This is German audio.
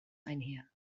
einher